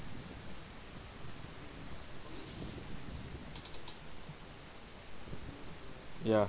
ya